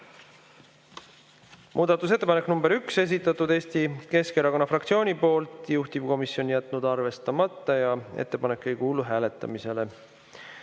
Muudatusettepanek nr 1, esitatud Eesti Keskerakonna fraktsiooni poolt, juhtivkomisjon on jätnud arvestamata ja ettepanek ei kuulu hääletamisele.